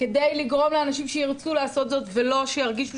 כדי לגרום לאנשים שירצו לעשות זאת ולא שירגישו